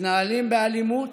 מתנהלים באלימות,